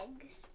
Eggs